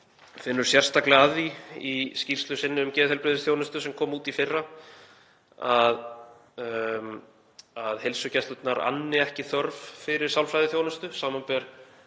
finnur sérstaklega að því í skýrslu sinni um geðheilbrigðisþjónustu sem kom út í fyrra að heilsugæslurnar anni ekki þörf fyrir sálfræðiþjónustu, samanber